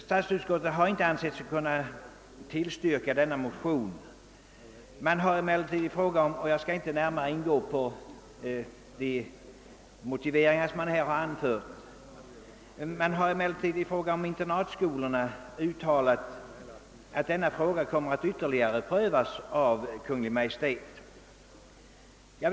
Statsutskottet har inte ansett sig kunna tillstyrka dessa motioner, och jag skall inte närmare gå in på de motiveringar som utskottet har anfört. Man har emellertid i fråga om internatskolorna uttalat att denna fråga ytterligare kommer att prövas av Kungl. Maj:t.